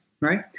Right